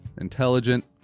Intelligent